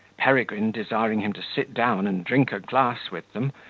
peregrine, desiring him to sit down and drink a glass with them,